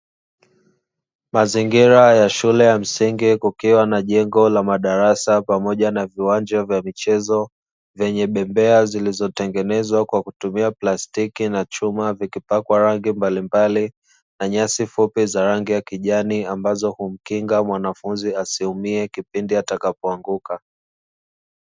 Mazingira ya shule ya msingi, kukiwa na jengo la madarasa pamoja na viwanja vya michezo, vyenye bembea zilizotengenezwa kwa kutumia plastiki na chuma, vikipakwa rangi mbalimbali, na nyasi fupi za rangi ya kijani, ambazo humkinga mwanafunzi asiumie kipindi atakapoanguka.